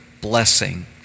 blessing